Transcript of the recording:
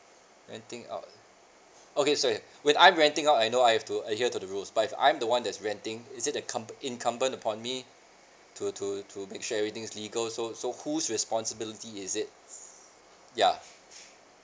renting out okay sorry with I'm renting out I know I've to adhere to the rules but if I'm the one that's renting is it incum~ incumbent upon me to to to make sure everything's legal so so who's responsibility is it yeah